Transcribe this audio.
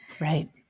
Right